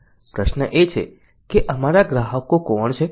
પ્રશ્ન એ છે કે અમારા ગ્રાહકો કોણ છે